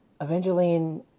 Evangeline